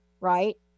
right